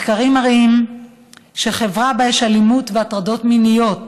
מחקרים מראים שחברה שבה יש אלימות והטרדות מיניות